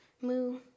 Moo